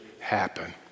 happen